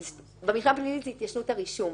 במרשם הפלילי יש התיישנות הרישום.